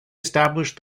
established